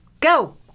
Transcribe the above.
Go